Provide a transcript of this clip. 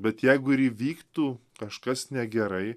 bet jeigu ir įvyktų kažkas negerai